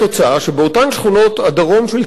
שבאותן שכונות הדרום של תל-אביב